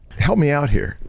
help me out here.